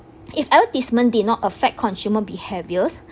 if advertisement did not affect consumer behaviours